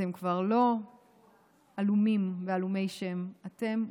אתם כבר לא עלומים ועלומי שם, אתם מוכרים,